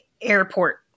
airport